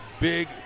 big